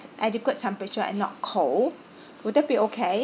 adequate temperature and not cold would that be okay